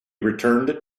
returned